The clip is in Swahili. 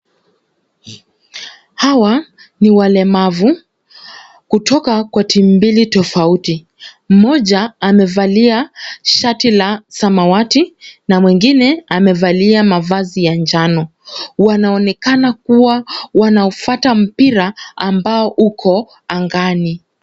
Hawa ni walemavu kutoka kwa timu mbili tofauti. Mmoja amevalia shati la samawati, na mwingine amevalia mavazi ya njano. Wanaoneka kuwa wanaufuata mpira, ambao uko angani.